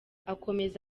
akomeza